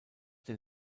den